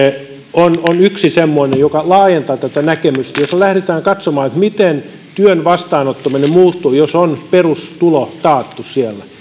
on yksi semmoinen joka laajentaa tätä näkemystä ja jossa lähdetään katsomaan miten työn vastaanottaminen muuttuu jos on perustulo taattu siellä